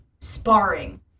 sparring